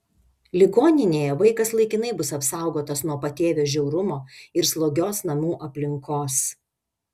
ligoninėje vaikas laikinai bus apsaugotas nuo patėvio žiaurumo ir slogios namų aplinkos